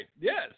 Yes